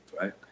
right